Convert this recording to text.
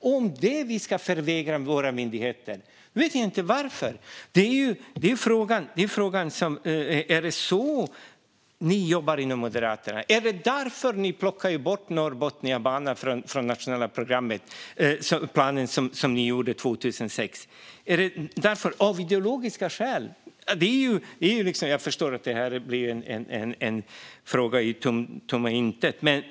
Jag vet inte varför vi ska förvägra våra myndigheter det. Det är frågan: Är det så ni jobbar inom Moderaterna? Var det därför ni plockade bort Norrbotniabanan från den nationella planen, som ni gjorde 2006? Var det av ideologiska skäl? Jag förstår att det blir en fråga ut i tomma intet.